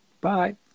Bye